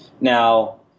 Now